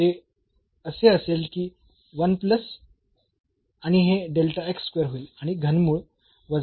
तर ते असे असेल की 1 प्लस आणि हे होईल आणि घनमूळ वजा हे 1 असेल